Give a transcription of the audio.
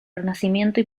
renacimiento